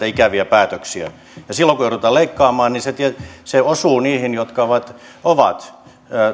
ikäviä päätöksiä silloin kun joudutaan leikkaamaan niin se osuu niihin jotka